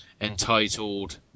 entitled